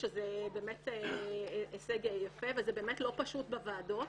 שזה באמת הישג יפה וזה באמת לא פשוט בוועדות,